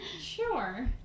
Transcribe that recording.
Sure